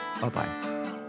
Bye-bye